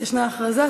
11 בעד,